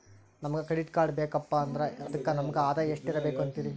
ನಮಗ credit card ಬೇಕಪ್ಪ ಅಂದ್ರ ಅದಕ್ಕ ನಮಗ ಆದಾಯ ಎಷ್ಟಿರಬಕು ಅಂತೀರಿ?